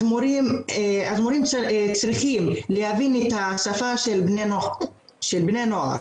מורים צריכים להבין את השפה של בני הנוער.